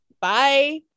bye